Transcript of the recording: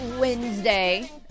Wednesday